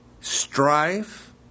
Strife